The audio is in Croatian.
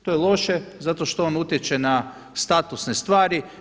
To je loše zato što on utječe na statusne stvari.